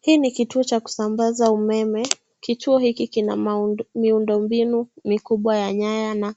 Hii ni kituo cha kusambaza umeme. Kichuo hiki kina miundombinu mikubwa ya nyaya na ya